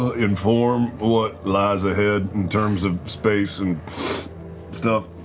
inform what lies ahead in terms of space and stuff?